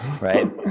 Right